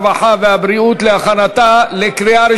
הרווחה והבריאות נתקבלה.